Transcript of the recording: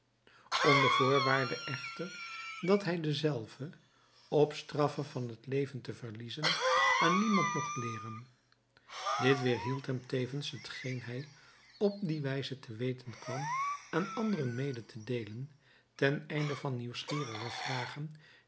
onder voorwaarde echter dat hij dezelve op straffe van het leven te verliezen aan niemand mogt leeren dit weêrhield hem tevens hetgeen hij op die wijze te weten kwam aan anderen mede te deelen ten einde van nieuwsgierige vragen